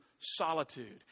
solitude